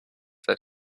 that